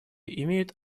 имеют